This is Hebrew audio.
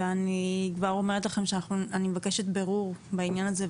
ואני כבר אומרת לכם שאני מבקשת בירור בעניין הזה,